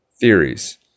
theories